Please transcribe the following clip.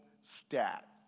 stat